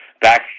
Back